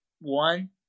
One